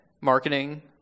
marketing